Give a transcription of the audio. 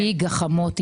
לפי גחמות אישיות.